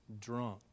drunk